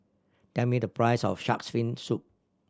tell me the price of Shark's Fin Soup